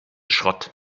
schrott